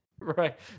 Right